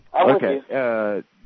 Okay